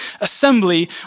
assembly